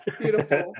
beautiful